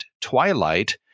twilight